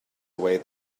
away